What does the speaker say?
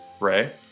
Ray